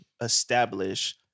establish